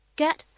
get